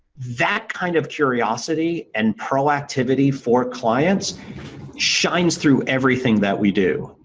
that kind of curiosity and proactivity for clients shines through everything that we do.